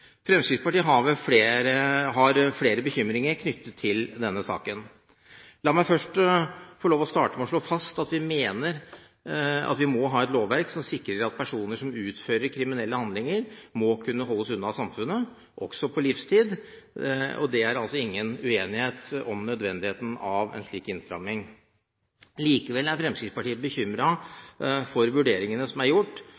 Fremskrittspartiet har flere bekymringer knyttet til denne saken. La meg først få starte med å slå fast at vi mener at vi må ha et lovverk som sikrer at personer som utfører kriminelle handlinger, må kunne holdes unna samfunnet, også på livstid. Det er ingen uenighet om nødvendigheten av en slik innstramming. Likevel er Fremskrittspartiet